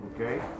okay